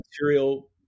material